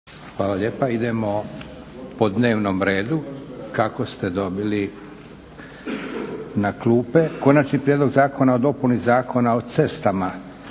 Hvala lijepa. Idemo po dnevnom redu kako ste dobili na klupe. - Konačni prijedlog zakona o dopuni Zakona o cestama,